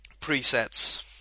presets